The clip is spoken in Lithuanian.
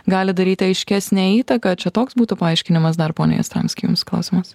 gali daryti aiškesnę įtaką čia toks būtų paaiškinimas dar pone jastramski jums klausimas